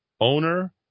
owner